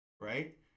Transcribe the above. Right